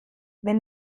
wenn